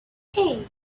hey